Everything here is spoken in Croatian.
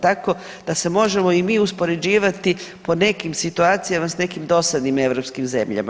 Tako da se možemo i mi uspoređivati po nekim situacijama s nekim dosadnim europskim zemljama.